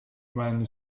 when